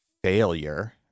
failure